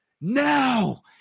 Now